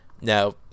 Now